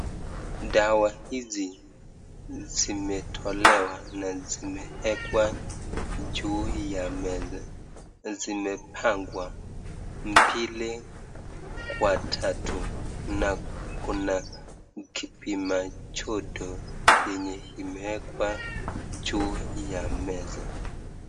Dawa hizi zimetolewa na zimewekwa juu ya meza, zimepangwa mbili kwa tatu na kuna kipima choto yenye imewekwa juu ya meza.